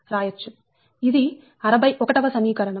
ఇది 61 వ సమీకరణం